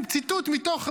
משקר כמו שהוא נושם.